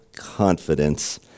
confidence